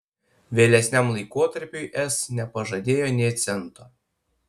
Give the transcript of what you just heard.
vėlesniam laikotarpiui es nepažadėjo nė cento